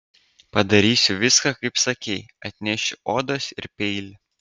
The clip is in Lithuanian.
padarysiu viską kaip sakei atnešiu odos ir peilį